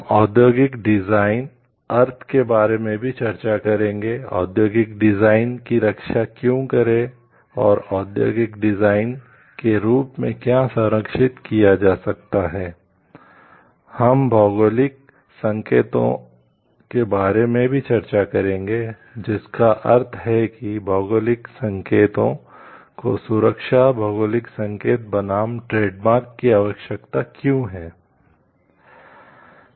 हम औद्योगिक डिजाइन की आवश्यकता क्यों है